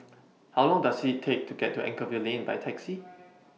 How Long Does IT Take to get to Anchorvale Lane By Taxi